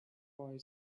boy